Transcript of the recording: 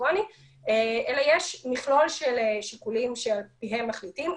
אלקטרוני אלא יש מכלול שיקולים שעל פיהם מחליטים.